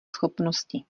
schopnosti